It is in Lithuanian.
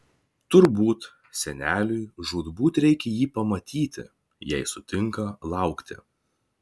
turbūt seneliui žūtbūt reikia jį pamatyti jei sutinka laukti